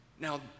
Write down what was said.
Now